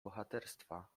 bohaterstwa